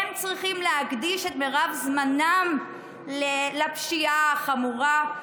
הם צריכים להקדיש את מרב זמנם לפשיעה חמורה,